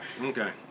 Okay